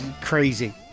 crazy